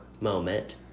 moment